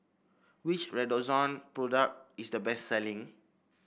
which Redoxon product is the best selling